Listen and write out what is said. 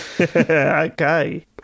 Okay